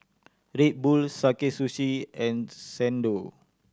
Red Bull Sakae Sushi and Xndo